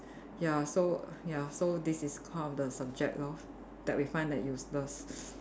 ya so err ya so this is one of the subject lor that we find that useless